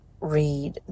read